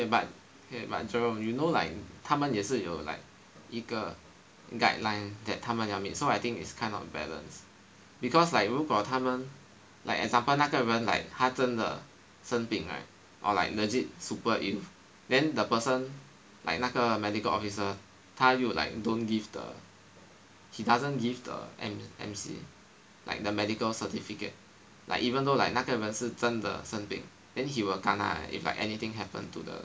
okay but okay Jerome you know like 他们也是有 like 一个 guideline that 他们要 meet so I think it's kind of balanced because like 如果他们 like example 那个人 like 他真的生病 right or like legit super ill then the person like 那个 medical officer 他又 like don't give the he doesn't give the M_C like the medical certificate like even though like 那个人是真的生病 then he will kena eh if like anything happen to the